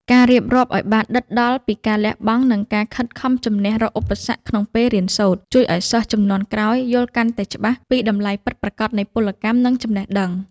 ការរៀបរាប់ឱ្យបានដិតដល់ពីការលះបង់ និងការខិតខំជម្នះរាល់ឧបសគ្គក្នុងពេលរៀនសូត្រ ជួយឱ្យសិស្សជំនាន់ក្រោយយល់កាន់តែច្បាស់ពីតម្លៃពិតប្រាកដនៃពលកម្ម និងចំណេះដឹង។